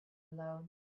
alone